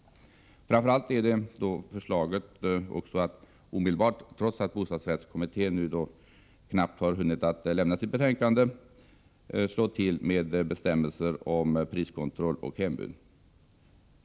Framför allt gäller det förslaget att omedelbart, trots att bostadsrättskommittén nu knappt har hunnit lägga fram sitt betänkande, slå till med bestämmelser om priskontroll och hembud.